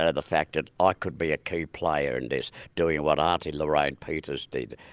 ah the fact that i could be a key player in this, doing what aunty lorraine peters did.